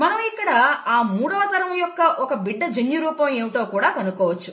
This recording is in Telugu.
మనం ఇక్కడ అ మూడవతరం యొక్క ఒక బిడ్డ జన్యురూపం ఏమిటో కూడా కనుక్కోవచ్చు